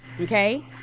Okay